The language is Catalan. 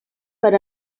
per